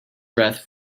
wreath